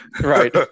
Right